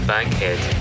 Bankhead